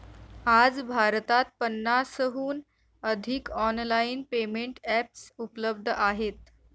आज भारतात पन्नासहून अधिक ऑनलाइन पेमेंट एप्स उपलब्ध आहेत